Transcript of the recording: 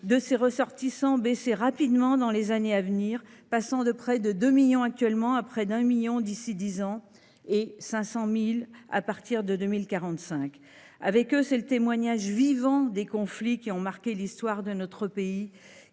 de ses ressortissants baisser rapidement dans les années à venir, passant de près de 2 millions actuellement à moins d’un million d’ici à 10 ans et à environ 500 000 à partir de 2045. Avec eux, c’est le témoignage vivant des conflits qui ont marqué l’Histoire de notre pays